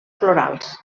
florals